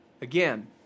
Again